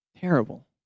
Terrible